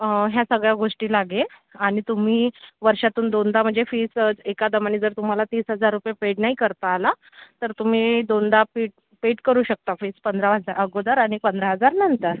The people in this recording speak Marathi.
ह्या सगळ्या गोष्टी लागेल आणि तुम्ही वर्षातून दोनदा म्हणजे फीस एका दमाने जर तुम्हाला तीस हजार रुपये पेड नाही करता आला तर तुम्ही दोनदा पेड पेड करू शकता फीस पंधरा हजार अगोदर आणि पंधरा हजार नंतर